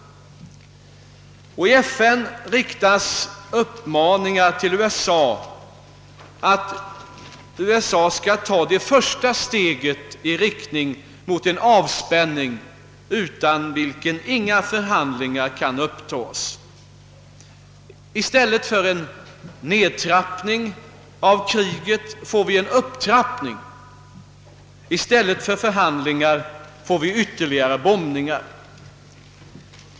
I FN riktas uppmaningar till USA att USA skall ta det första steget i riktning mot en avspänning, utan vilken inga förhandlingar kan upptas. I stället för en nedtrappning av kriget får vi en upptrappning, i stället för förhandlingar får vi ytterligare bombningar.